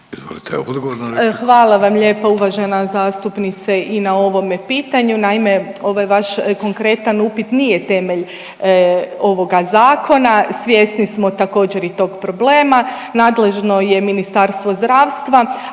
Hvala vam lijepo uvažena zastupnice i na ovome pitanju. Naime, ovaj vaš konkretan upit nije temelj ovoga Zakona. Svjesni smo također, i tog problema. Nadležno je Ministarstvo zdravstva,